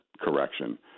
correction